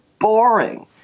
boring